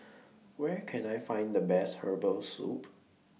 Where Can I Find The Best Herbal Soup